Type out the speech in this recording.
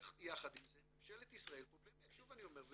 יחד עם זה, ממשלת ישראל פה באמת, שוב אני אומר,